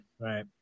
Right